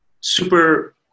super